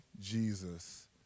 Jesus